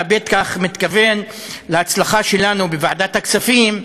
אתה בטח מתכוון להצלחה שלנו בוועדת הכספים להעביר,